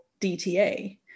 DTA